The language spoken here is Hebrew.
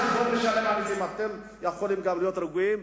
לכן אתם יכולים גם להיות רגועים.